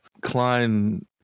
Klein